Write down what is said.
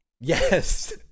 Yes